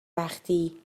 وقتی